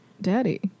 daddy